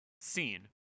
scene